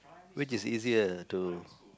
which is easier to